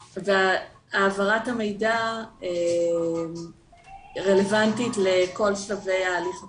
העברת המידע רלוונטית לכל שלבי ההליך הפלילי,